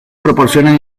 proporcionan